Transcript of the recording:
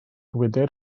wydr